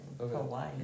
Hawaii